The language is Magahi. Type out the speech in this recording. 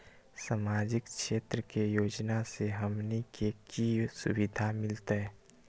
सामाजिक क्षेत्र के योजना से हमनी के की सुविधा मिलतै?